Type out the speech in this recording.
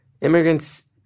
Immigrants